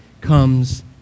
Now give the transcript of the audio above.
comes